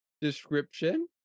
description